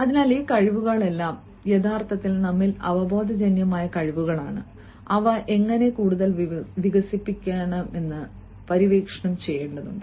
അതിനാൽ ഈ കഴിവുകളെല്ലാം യഥാർത്ഥത്തിൽ നമ്മിൽ അവബോധജന്യമായ കഴിവുകളാണു അവ എങ്ങനെ കൂടുതൽ വികസിപ്പിക്കാമെന്ന് പര്യവേക്ഷണം ചെയ്യേണ്ടതുണ്ട്